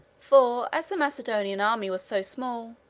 for, as the macedonian army was so small,